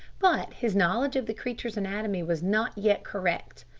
but his knowledge of the creature's anatomy was not yet correct.